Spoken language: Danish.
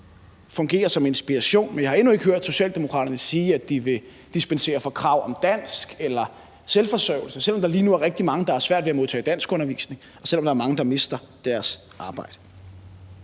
fungere som inspiration – Socialdemokraterne sige, at de vil dispensere fra krav om dansk eller selvforsørgelse, selv om der lige nu er rigtig mange, der har svært ved at modtage danskundervisning, og selv om der er mange, der mister deres arbejde.